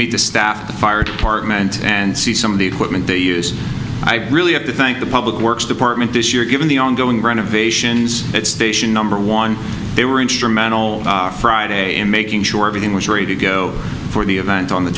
meet the staff the fire department and see some of the equipment they use i really have to thank the public works department this year given the ongoing renovations at station number one they were instrumental friday in making sure everything was ready to go for the event on the